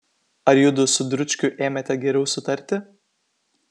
ar judu su dručkiu ėmėte geriau sutarti